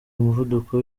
umuvuduko